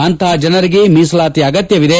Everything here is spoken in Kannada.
ಅಂತಹ ಜನರಿಗೆ ಮೀಸಲಾತಿಯ ಅಗತ್ಯವಿದೆ